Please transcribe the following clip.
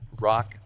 Rock